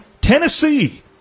Tennessee